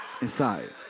Inside